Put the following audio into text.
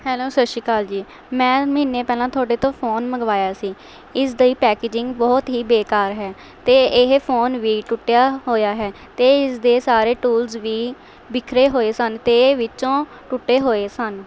hello ਸਤਿ ਸ਼੍ਰੀ ਅਕਾਲ ਜੀ ਮੈਂ ਮਹੀਨੇ ਪਹਿਲਾਂ ਤੁਹਾਡੇ ਤੋਂ ਫ਼ੋਨ ਮੰਗਵਾਇਆ ਸੀ ਇਸ ਦਾ ਹੀ ਪੈਕੇਜਿੰਗ ਬਹੁਤ ਹੀ ਬੇਕਾਰ ਹੈ ਅਤੇ ਇਹ ਫ਼ੋਨ ਵੀ ਟੁੱਟਿਆ ਹੋਇਆ ਹੈ ਅਤੇ ਇਸ ਦੇ ਸਾਰੇ ਟੂਲਜ਼ ਵੀ ਬਿਖਰੇ ਹੋਏ ਸਨ ਅਤੇ ਵਿੱਚੋਂ ਟੁੱਟੇ ਹੋਏ ਸਨ